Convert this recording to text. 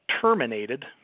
terminated